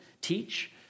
teach